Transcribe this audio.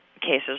cases